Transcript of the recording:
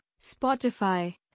Spotify